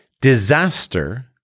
Disaster